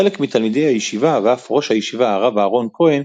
חלק מתלמידי הישיבה, ואף ראש הישיבה הרב אהרן כהן,